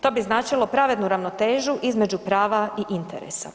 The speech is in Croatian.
To bi značilo pravednu ravnotežu između prava i interesa.